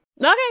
Okay